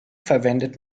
verwendet